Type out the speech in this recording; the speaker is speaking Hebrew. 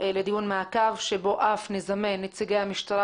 לדיון מעקב שבו נזמן אף את נציגי המשטרה